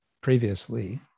previously